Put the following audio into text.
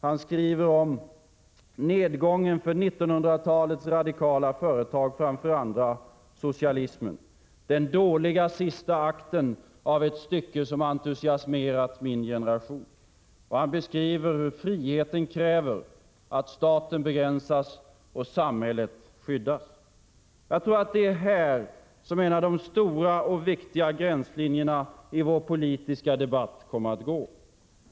Han skriver om ”nedgången för 1900-talets radikala företag framför andra, socialismen, den dåliga sista akten av ett stycke som entusiasmerat min generation”. Och han beskriver hur friheten kräver att staten begränsas och samhället skyddas. Jag tror att det är här som en av de stora och viktiga gränslinjerna i vår politiska debatt kommer att gå.